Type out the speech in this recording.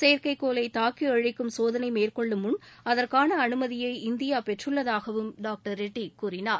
செயற்கைக்கோளை தாக்கி அழிக்கும் சோதனை மேற்கொள்ளும் முன் அதற்கான அனுமதியை இந்தியா பெற்றுள்ளதாகவும் டாக்டர் ரெட்டி கூறினார்